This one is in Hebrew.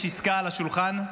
יש עסקה על השולחן,